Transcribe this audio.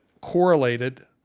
correlated